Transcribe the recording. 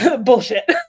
Bullshit